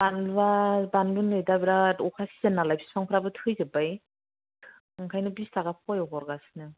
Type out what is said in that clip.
बानलुआ बानलु नै दा बेराद अखा सिजेन नालाय बिफांफ्राबो थैजोब नालाय ओंखायनो बिस थाखा पवायाव हरगासिनो